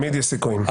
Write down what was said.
תמיד יש סיכויים.